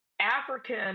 African